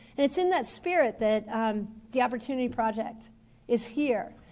it's in that spirit that the opportunity project is here.